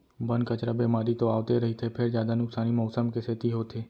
बन, कचरा, बेमारी तो आवते रहिथे फेर जादा नुकसानी मउसम के सेती होथे